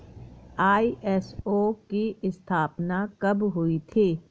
ISO की स्थापना कब हुई थी?